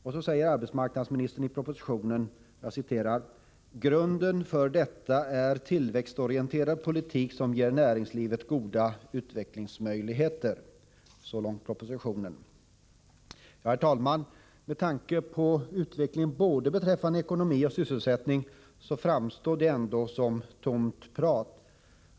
Och så säger arbetsmarknadsministern i propositionen att ”grunden för detta är tillväxtorienterad politik som ger näringslivet goda utvecklingsmöjligheter”. — Så långt propositionen. Herr talman! Med tanke på utvecklingen beträffande både ekonomi och sysselsättning framstår detta som tomt prat.